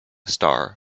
star